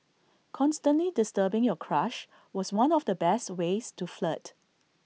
constantly disturbing your crush was one of the best ways to flirt